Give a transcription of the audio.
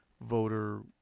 voter